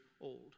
old